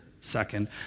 second